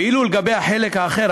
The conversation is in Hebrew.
ואילו לגבי החלק האחר,